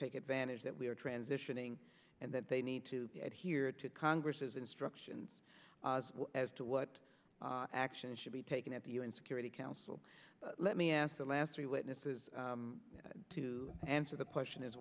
take advantage that we are transitioning and that they need to adhere to congress instructions as to what action should be taken at the u n security council let me ask the last three witnesses to answer the question as